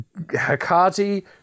Hakati